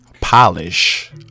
polish